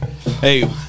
Hey